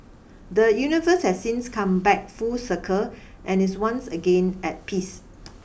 the universe has since come back full circle and is once again at peace